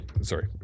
sorry